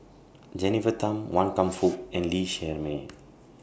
Jennifer Tham Wan Kam Fook and Lee Shermay